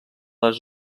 les